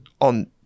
on